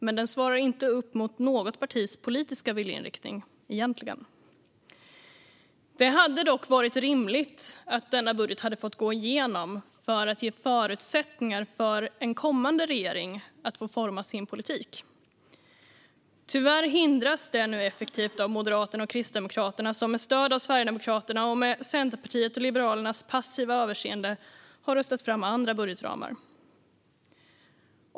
Men den svarar inte upp mot något partis politiska viljeinriktning egentligen. Det skulle dock ha varit rimligt att denna budget hade fått gå igenom för att ge förutsättningar för en kommande regering att få forma sin politik. Tyvärr hindras det nu effektivt av Moderaterna och Kristdemokraterna som, med stöd av Sverigedemokraterna och med Centerpartiets och Liberalernas passiva överseende, har röstat fram andra budgetramar.